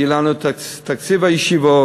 יהיה לנו נושא תקציב הישיבות.